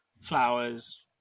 flowers